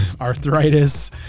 arthritis